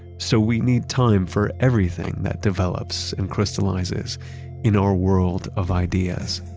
so we need time for everything that develops and crystallizes in our world of ideas.